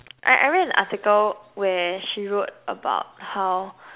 I I read an article where she wrote about how